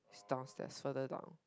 downstairs further down